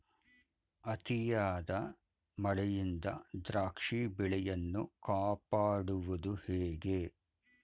ಅತಿಯಾದ ಮಳೆಯಿಂದ ದ್ರಾಕ್ಷಿ ಬೆಳೆಯನ್ನು ಕಾಪಾಡುವುದು ಹೇಗೆ?